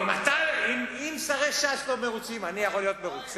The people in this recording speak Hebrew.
אם שרי ש"ס לא מרוצים, אני יכול להיות מרוצה?